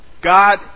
God